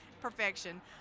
perfection